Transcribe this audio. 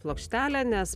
plokštelę nes